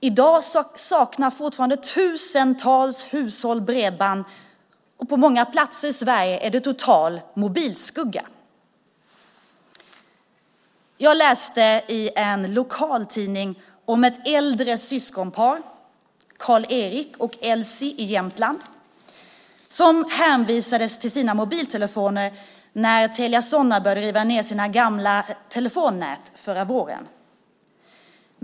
I dag saknar fortfarande tusentals hushåll bredband, och på många platser i Sverige är det total mobilskugga. Jag läste i en lokaltidning om ett äldre syskonpar, Karl-Erik och Elsie i Jämtland, som hänvisades till sina mobiltelefoner när Telia Sonera började riva ned sina gamla telefonnät förra våren.